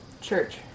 church